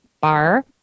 bar